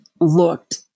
looked